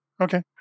Okay